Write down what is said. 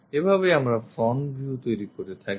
এভাবেই আমরা front view তৈরি করে থাকি